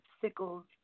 sickles